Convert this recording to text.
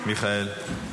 מיכאל?